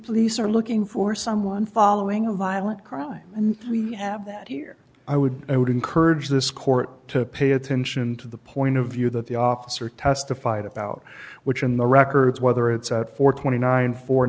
police are looking for someone following a violent crime and we have that here i would i would encourage this court to pay attention to the point of view that the officer testified about which in the records whether it's at forty tw